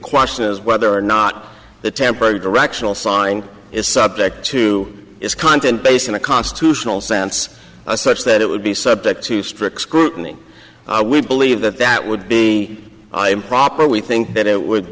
question is whether or not the temporary directional sign is subject to its content based on a constitutional sense such that it would be subject to strict scrutiny i would believe that that would be improper we think that it would